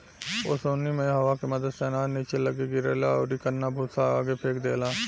ओसौनी मे हवा के मदद से अनाज निचे लग्गे गिरेला अउरी कन्ना भूसा आगे फेंक देला